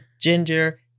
ginger